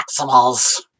Maximals